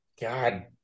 God